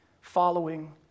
following